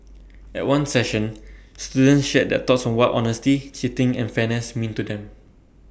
at one session students shared their thoughts on what honesty cheating and fairness mean to them